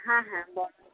হ্যাঁ হ্যাঁ বড়ো